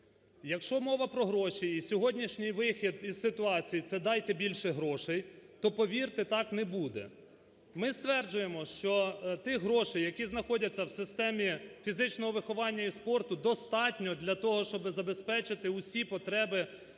Якщо мова про гроші і сьогоднішній вихід із ситуації, це "дайте більше грошей", то, повірте, так не буде. Ми стверджуємо, що ті гроші, які знаходяться в системі фізичного виховання і спорту, достатньо для того, щоб забезпечити всі потреби з